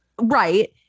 right